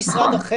מה שנקרא,